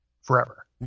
forever